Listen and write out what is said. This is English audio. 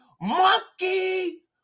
Monkey